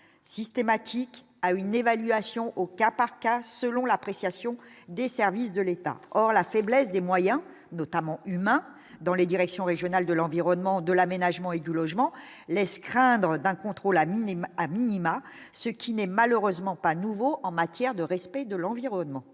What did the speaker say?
systématique à une évaluation au cas par cas, selon l'appréciation des services de l'État, or la faiblesse des moyens, notamment humains dans les directions régionales de l'environnement, de l'Aménagement et du logement, laisse craindre d'un contrôle minima a minima, ce qui n'est malheureusement pas nouveau en matière de respect de l'environnement,